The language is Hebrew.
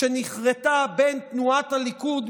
שנכרתה בין תנועת הליכוד,